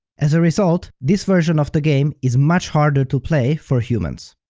as a result, this version of the game is much harder to play for humans.